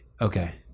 okay